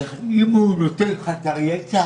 כך שאם הוא נוטש חסר ישע